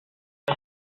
toi